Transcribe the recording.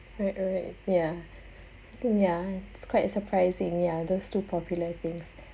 right right ya ya it's quite surprising ya those two popular things